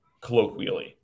colloquially